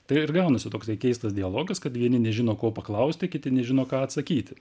tai ir gaunasi toks keistas dialogas kad vieni nežino ko paklausti kiti nežino ką atsakyti